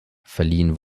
verliehen